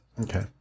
Okay